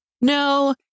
No